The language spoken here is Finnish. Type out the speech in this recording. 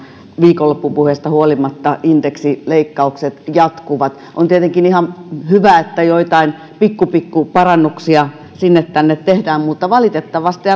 viikonloppupuheista huolimatta indeksileikkaukset jatkuvat on tietenkin ihan hyvä että joitain pikku pikku parannuksia sinne tänne tehdään mutta valitettavasti